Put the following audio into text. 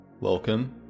Welcome